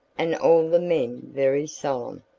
and all the men very solemn.